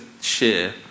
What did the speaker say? share